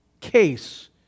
case